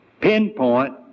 pinpoint